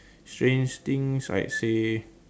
strange things I'd say